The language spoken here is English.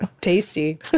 Tasty